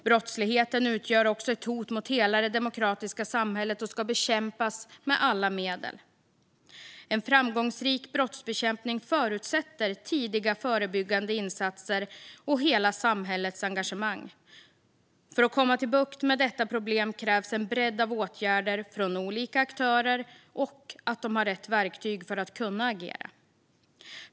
Brottsligheten utgör ett hot mot hela det demokratiska samhället och ska bekämpas med alla medel. En framgångsrik brottsbekämpning förutsätter tidiga förebyggande insatser och hela samhällets engagemang. För att få bukt med detta problem krävs en bredd av åtgärder från olika aktörer och att de har rätt verktyg för att kunna agera.